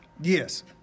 Yes